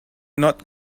not